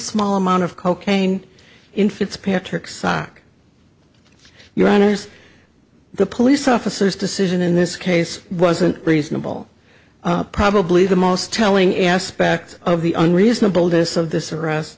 small amount of cocaine in fitzpatrick sock your honors the police officers decision in this case wasn't reasonable probably the most telling aspect of the unreasonable this of this